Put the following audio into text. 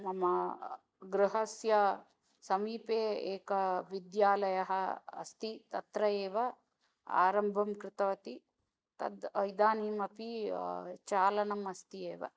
मम गृहस्य समीपे एकः विद्यालयः अस्ति तत्र एव आरम्भं कृतवती तद् इदानीमपि चालनम् अस्ति एव